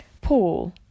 Paul